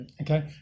okay